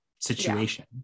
situation